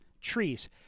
trees